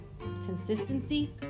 Consistency